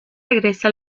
regresa